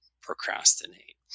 procrastinate